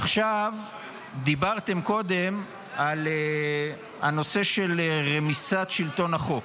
עכשיו, דיברתם קודם על הנושא של רמיסת שלטון החוק,